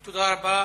תודה רבה.